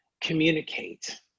communicate